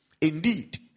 indeed